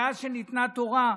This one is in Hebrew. מאז שניתנה תורה,